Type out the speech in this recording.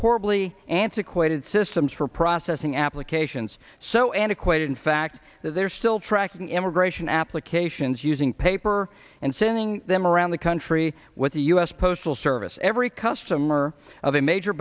horribly antiquated systems for processing applications so antiquated in fact that they're still tracking immigration applications using paper and sending them around the country with the u s postal service every customer of a major